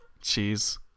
Cheese